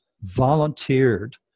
volunteered